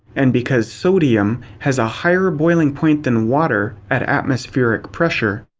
and because sodium has a higher boiling point than water at atmospheric pressure,